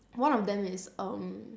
one of them is um